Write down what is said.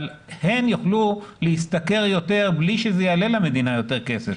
אבל הן יוכלו להשתכר יותר בלי שזה יעלה למדינה כסף.